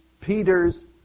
Peter's